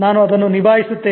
ನಾನು ಅದನ್ನು ನಿಭಾಯಿಸುತ್ತೇನೆ